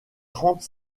trente